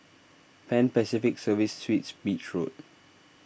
Pan Pacific Serviced Suites Beach Road